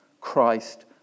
Christ